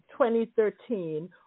2013